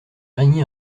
régner